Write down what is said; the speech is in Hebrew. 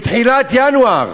בתחילת ינואר.